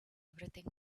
everything